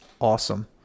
awesome